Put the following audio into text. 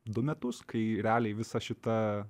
du metus kai realiai visa šita